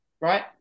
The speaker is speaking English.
right